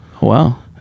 Wow